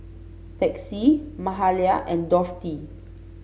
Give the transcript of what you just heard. Texie Mahalia and Dorthey